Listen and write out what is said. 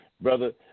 brother